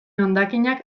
hondakinak